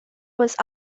was